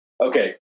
Okay